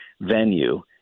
venue